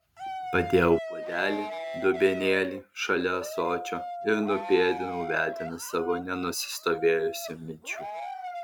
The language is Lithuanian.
padėjau puodelį dubenėlį šalia ąsočio ir nupėdinau vedinas savo nenusistovėjusių minčių